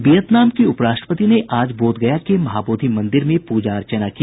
Vietnam की उप राष्ट्रपति ने आज बोधगया के महाबोधि मंदिर में पूजा अर्चना की